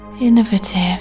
innovative